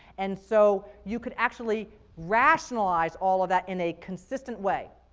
and so you could actually rationalize all of that in a consistent way.